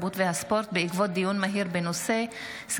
התרבות והספורט בעקבות דיון מהיר בהצעתם של